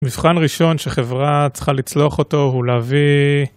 מבחן ראשון שחברה צריכה לצלוח אותו הוא להביא...